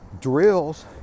drills